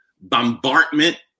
bombardment